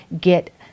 get